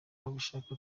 abishaka